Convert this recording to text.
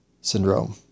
syndrome